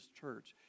church